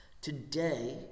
today